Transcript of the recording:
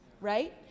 right